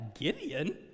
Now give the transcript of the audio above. Gideon